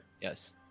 yes